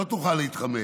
לא תוכל להתחמק,